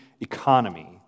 economy